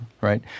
right